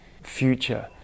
future